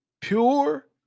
pure